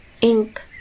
ink